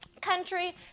country